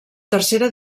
tercera